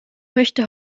möchte